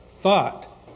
thought